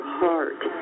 heart